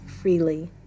freely